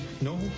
no